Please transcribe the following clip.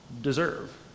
deserve